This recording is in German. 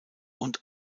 und